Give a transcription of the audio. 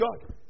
God